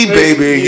baby